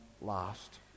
last